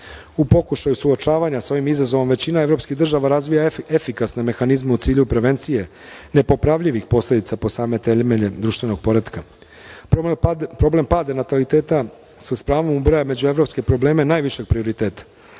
U pokušaju suočavanja sa ovim izazovom, većina evropskih država razvija efikasne mehanizme u cilju prevencije nepopravljivih posledica po same temelje društvenog poretka. Problem pada nataliteta se sa pravom ubraja u međuevropske probleme najvišeg prioriteta